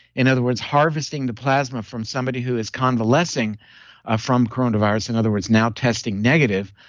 in other words, harvesting the plasma from somebody who is convalescing ah from coronavirus, in other words, now testing negative,